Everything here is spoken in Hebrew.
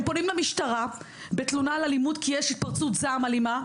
פונים למשטרה בתלונה על אלימות כי יש התפרצות זעם אלימה,